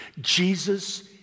Jesus